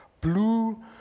blue